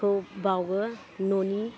खौ बावो न'नि